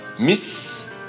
Miss